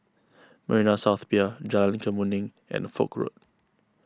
Marina South Pier Jalan Kemuning and Foch Road